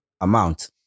amount